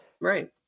Right